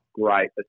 Great